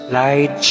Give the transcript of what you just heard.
light